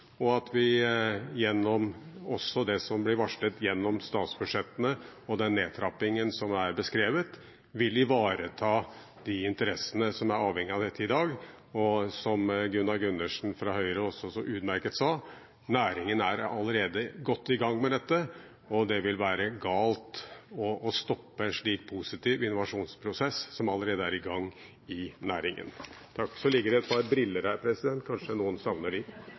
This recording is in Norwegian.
og at vi også gjennom det som blir varslet gjennom statsbudsjettene og den nedtrappingen som er beskrevet, vil ivareta de interessene som er avhengig av dette i dag. Som Gunnar Gundersen fra Høyre også så utmerket sa, er næringen allerede godt i gang med dette, og det vil være galt å stoppe en slik positiv innovasjonsprosess som allerede er i gang i næringen. Så ligger det et par briller her – kanskje noen savner